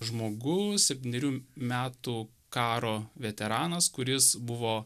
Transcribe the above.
žmogus septynerių metų karo veteranas kuris buvo